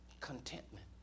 Contentment